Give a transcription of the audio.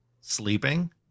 sleeping